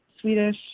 Swedish